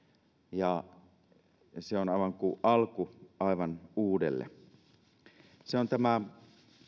ja se on aivan kuin alku aivan uudelle se on tämä